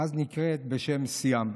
שאז נקראה בשם סיאם.